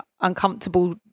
uncomfortable